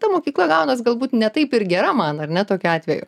ta mokykla gaunas galbūt ne taip ir gera man ar ne tokiu atveju